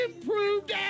improved